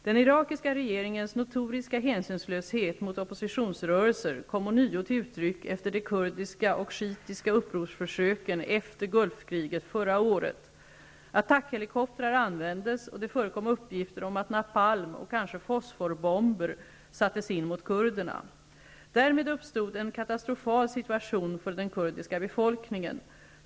Den irakiska regeringens notoriska hänsynslöshet mot oppositionsrörelser kom ånyo till uttryck efter de kurdiska och shiitiska upprorsförsöken efter gulfkriget förra året. Attackhelikoptrar användes och det förekom uppgifter om att napalm och kanske fosforbomber sattes in mot kurderna. Därmed upstod en katastrofal situation för den kurdiska befolkningen.